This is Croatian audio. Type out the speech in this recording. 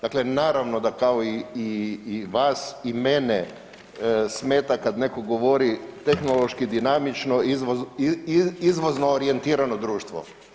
Dakle naravno da kao i vas i mene smeta kada netko govori tehnološki dinamično izvozno orijentirano društvo.